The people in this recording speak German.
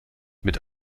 mit